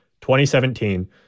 2017